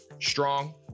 strong